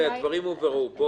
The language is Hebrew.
--- הדברים הובהרו.